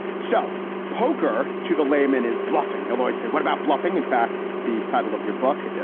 so poker to the layman is bluffing. no, no. i say what about bluffing? in fact, the title of your book, yeah